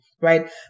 right